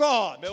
God